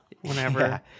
whenever